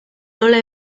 nola